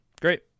Great